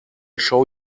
show